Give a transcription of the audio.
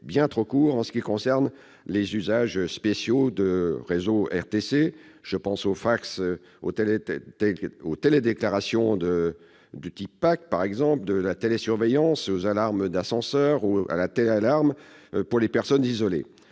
bien trop court s'agissant des usages spéciaux du réseau RTC. Je pense au fax, aux télédéclarations de type PAC, à la télésurveillance, aux alarmes d'ascenseurs ou à la téléalarme pour les personnes isolées.